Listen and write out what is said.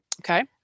Okay